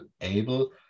able